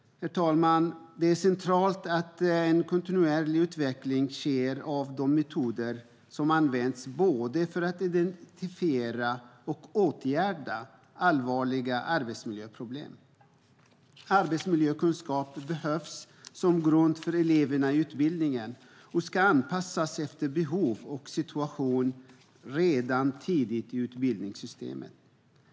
Herr talman! Det är centralt att en kontinuerlig utveckling sker av de metoder som används för att både identifiera och åtgärda allvarliga arbetsmiljöproblem. Arbetsmiljökunskap behövs som grund för eleverna i utbildningen och ska anpassas efter behov och situation redan tidigt i utbildningssystemet.